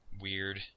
Weird